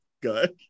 good